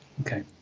okay